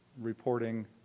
reporting